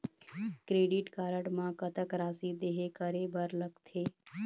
Credit card म कतक राशि देहे करे बर लगथे?